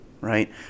right